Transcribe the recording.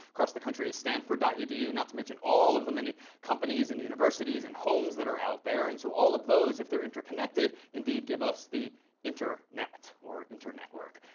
across the country is stanford ah edu. not to mention all of the many companies and universities and homes that are out there. and so all of those, if they're interconnected, indeed give us the internet or inter-network.